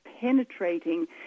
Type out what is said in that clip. penetrating